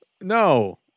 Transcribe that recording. no